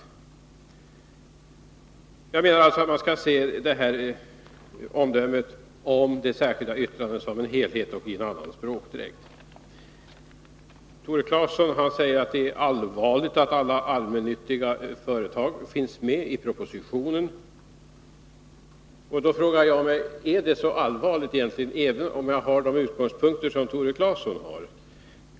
Mitt omdöme om det särskilda yttrandet är alltså att det skall ses som en helhet och borde ha en annan språkdräkt. Tore Claeson säger att det är allvarligt att alla allmännyttiga företag finns med i propositionen. Jag frågar mig om det egentligen är så allvarligt — även om jag har de utgångspunkter som Tore Claeson har.